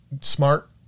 smart